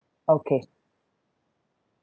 okay